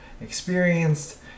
experienced